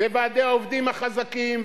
וועדי העובדים החזקים,